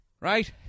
right